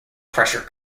pressure